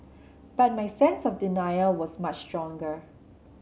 but my sense of denial was much stronger